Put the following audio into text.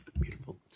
Beautiful